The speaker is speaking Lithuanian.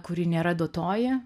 kuri nėra duotoji